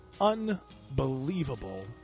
unbelievable